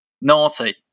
Naughty